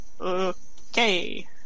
okay